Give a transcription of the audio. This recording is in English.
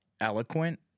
eloquent